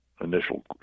initial